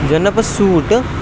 suit